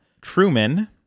Truman